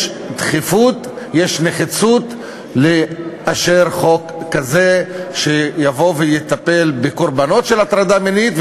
יש דחיפות ונחיצות לאשר חוק כזה שיבוא ויטפל בקורבנות של הטרדה מינית,